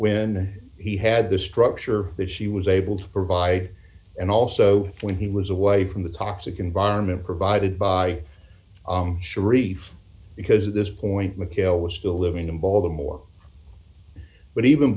when he had the structure that she was able to provide and also when he was away from the toxic environment provided by sharif because this point mchale was still living in baltimore but even